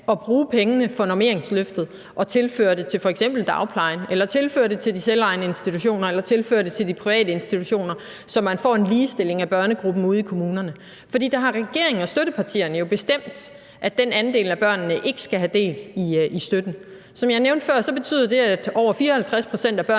og bruge pengene fra normeringsløftet og tilføre dem til f.eks. dagplejen, til de selvejende institutioner eller de private institutioner, så man får en ligestilling af børnegruppen ude i kommunerne. For der har regeringen og støttepartierne jo bestemt, at den andel af børnene ikke skal have del i støtten. Som jeg nævnte før, betyder det, at over 54 pct. af børnene